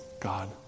God